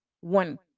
one